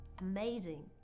amazing